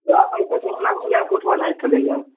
तो आप हमको या आपको उठवाना ही पड़ेगा